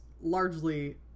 largely